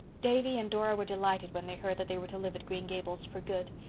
davy and dora were delighted when they heard that they were to live at green gables, for good.